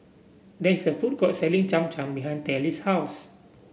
there is a food court selling Cham Cham behind Tallie's house